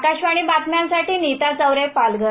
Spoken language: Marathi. आकाशवाणी बातम्यांसाठी नीता चौरे पालघर